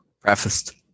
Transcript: breakfast